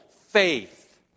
faith